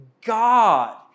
God